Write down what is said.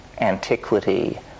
antiquity